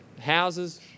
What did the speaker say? houses